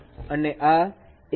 અને આ છે